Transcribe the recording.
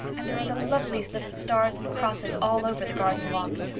and there are the loveliest little stars and crosses all over the garden walk.